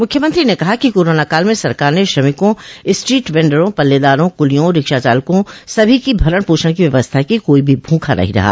मुख्यमंत्री ने कहा कि कोरोना काल में सरकार ने श्रमिकों स्ट्रीट वेंडरों पल्लेदारों कुलियों रिक्शाचालकों सभी की भरण पोषण की व्यवस्था की कोई भी भूखा नहीं रहा